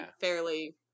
fairly